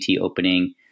opening